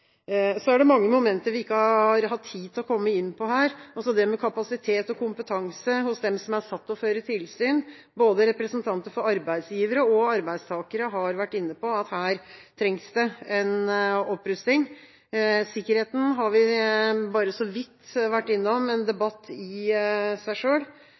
Så er det mange momenter vi ikke har hatt tid til å komme inn på, også det med kapasitet og kompetanse hos dem som er satt til å føre tilsyn. Både representanter for arbeidsgivere og arbeidstakere har vært inne på at her trengs det en opprusting. Sikkerheten har vi bare så vidt vært innom, en debatt i seg